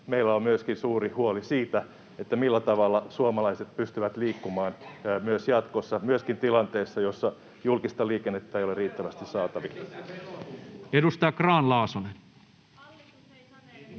Meillä on myöskin suuri huoli siitä, millä tavalla suomalaiset pystyvät liikkumaan myös jatkossa, myöskin tilanteessa, jossa julkista liikennettä ei ole riittävästi saatavilla. [Perussuomalaisten